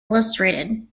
illustrated